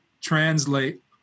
translate